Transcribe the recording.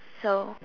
so